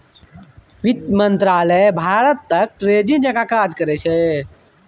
बित्त मंत्रालय भारतक ट्रेजरी जकाँ काज करै छै